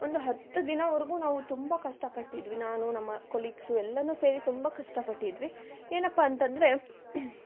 ಒಂದು ಹತ್ತು ದಿನವರೆಗೂ ನಾವು ತುಂಬ ಕಷ್ಟಪಟ್ಟಿದ್ವಿ ನಾನು ನಮ್ಮ ಕೊಲೀಗ್ಸ್ ಎಲ್ಲರು ಸೇರಿ ತುಂಬ ಕಷ್ಟಪಟ್ಟಿದ್ವಿ ಏನಪ್ಪ ಅಂತಂದ್ರೆ